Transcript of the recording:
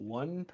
one